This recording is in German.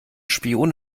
spion